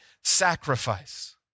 sacrifice